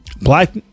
Black